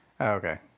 Okay